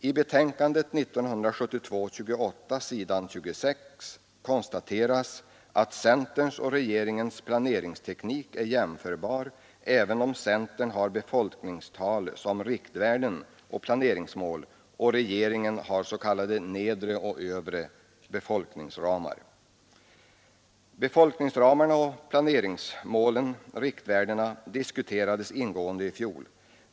I betänkandet 1972:28, s. 26, konstateras att centerns planeringsteknik är jämförbar med regeringens även om centern har befolkningstal som riktvärden och planeringsmål och regeringen har s.k. nedre och övre befolkningsramar. Befolkningsramarna, riktvärdena och planeringsmålen diskuterades ingående i fjol.